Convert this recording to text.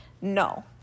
No